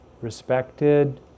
respected